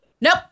Nope